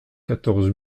quatorze